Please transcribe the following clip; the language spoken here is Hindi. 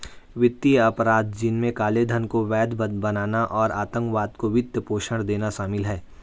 वित्तीय अपराध, जिनमें काले धन को वैध बनाना और आतंकवाद को वित्त पोषण देना शामिल है